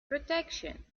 protection